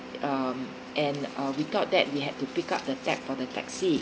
um and uh we thought that we had to pick up the debt for the taxi